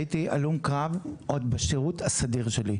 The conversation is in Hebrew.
הייתי הלום קרב עוד בשירות הסדיר שלי.